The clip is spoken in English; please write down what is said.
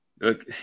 look